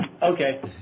Okay